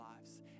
lives